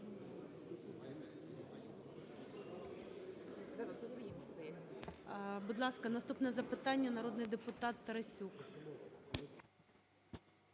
Будь ласка, наступне запитання - народний депутат Тарасюк.